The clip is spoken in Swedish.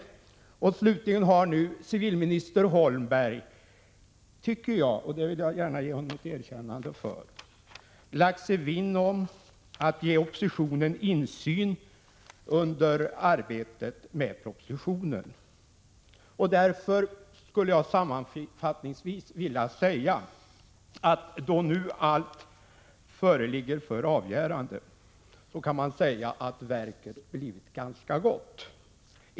Slutligen har civilminister Holmberg —- och det vill jag gärna ge honom ett erkännande för — lagt sig vinn om att ge oppositionen insyn under arbetet med propositionen. Därför skulle jag sammanfattningsvis vilja säga att verket, nu när hela frågan föreligger för avgörande, har blivit ganska gott.